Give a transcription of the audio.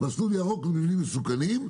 מסלול ירוק למבנים מסוכנים,